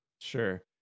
Sure